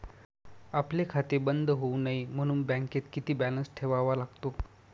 आपले खाते बंद होऊ नये म्हणून बँकेत किती बॅलन्स ठेवावा लागतो?